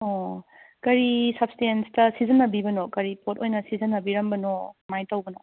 ꯑꯣ ꯀꯔꯤ ꯁꯞꯁ꯭ꯇꯦꯟꯁꯇ ꯁꯤꯖꯤꯟꯅꯕꯤꯕꯅꯣ ꯀꯔꯤ ꯄꯣꯠ ꯑꯣꯏꯅ ꯁꯤꯖꯤꯟꯅꯕꯤꯔꯝꯕꯅꯣ ꯀꯃꯥꯏꯅ ꯇꯧꯕꯅꯣ